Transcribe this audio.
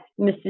Mrs